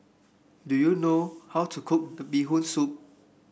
do you know how to cook Bee Hoon Soup